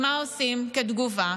אז מה עושים כתגובה?